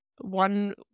one